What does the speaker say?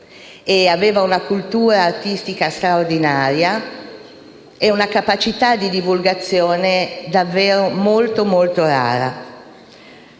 Aveva una cultura artistica straordinaria e una capacità di divulgazione davvero molto rara.